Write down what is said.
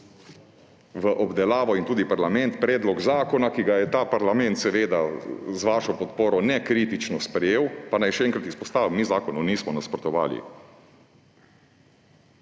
v obdelavo predlog zakona, ki ga je ta parlament seveda z vašo podporo nekritično sprejel. Pa naj še enkrat izpostavim, mi zakonu nismo nasprotovali,